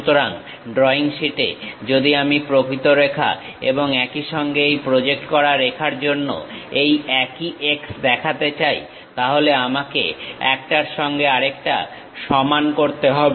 সুতরাং ড্রইং শীটে যদি আমি প্রকৃত রেখা এবং একই সঙ্গে এই প্রজেক্ট করা রেখার জন্য এই একই x দেখাতে চাই তাহলে আমাকে একটার সঙ্গে আরেকটা সমান করতে হবে